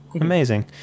Amazing